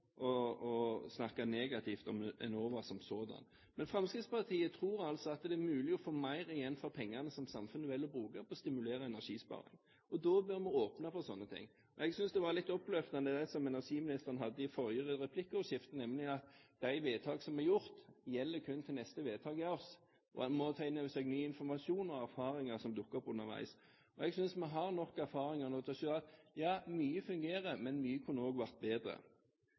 ikke å snakke negativt om Enova som sådan. Fremskrittspartiet tror at det er mulig å få mer igjen for pengene som samfunnet velger å bruke på å stimulere energisparing. Da bør vi åpne for slike ting. Jeg synes det var litt oppløftende det som energiministeren sa i forrige replikkordskifte, nemlig at de vedtak som er gjort, gjelder kun til neste vedtak gjøres. En må ta inn over seg ny informasjon og nye erfaringer som dukker opp underveis. Jeg synes vi har nok erfaringer nå til å si at ja, mye fungerer, men mye kunne vært bedre.